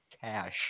cash